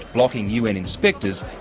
blocking un inspectors,